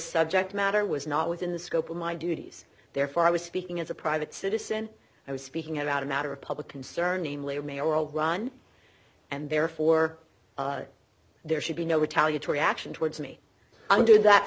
subject matter was not within the scope of my duties therefore i was speaking as a private citizen i was speaking about a matter of public concern namely mayoral run and therefore there should be no retaliatory action towards me under that